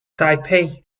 taipeh